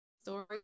story